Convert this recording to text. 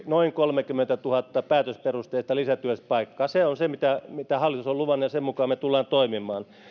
noin kolmekymmentätuhatta päätösperusteista lisätyöpaikkaa se on se mitä mitä hallitus on luvannut ja sen mukaan me tulemme toimimaan